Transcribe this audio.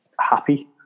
happy